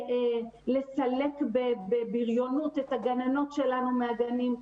לסלק בבריונות את הגננות שלנו מהגנים.